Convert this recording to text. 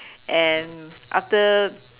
and after